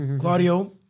Claudio